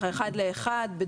אחד לאחד.